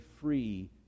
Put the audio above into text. free